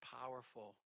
powerful